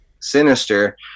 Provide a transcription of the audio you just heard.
Sinister